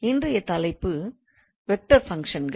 இன்றைய தலைப்பு வெக்டார் ஃபங்க்ஷன்கள்